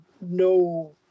no